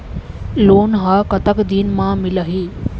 Loan ह कतक दिन मा मिलही?